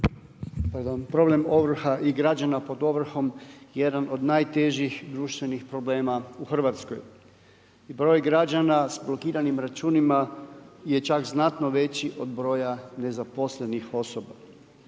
problem ovrha i građana pod ovrhom jedan od najtežih društvenih problema u Hrvatskoj. Broj građana s blokiranim računima je čak znatno veći od broja nezaposlenih osoba.